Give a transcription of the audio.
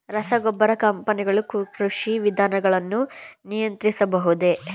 ರಸಗೊಬ್ಬರ ಕಂಪನಿಗಳು ಕೃಷಿ ವಿಧಾನಗಳನ್ನು ನಿಯಂತ್ರಿಸಬಹುದೇ?